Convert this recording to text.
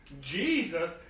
Jesus